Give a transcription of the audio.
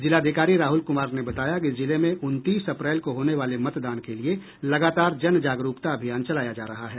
जिलाधिकारी राहुल कुमार ने बताया कि जिले में उनतीस अप्रैल को होने वाले मतदान के लिए लगातार जन जागरूकता अभियान चलाया जा रहा है